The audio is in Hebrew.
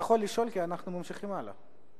לשאול, כי אנחנו ממשיכים הלאה.